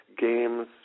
games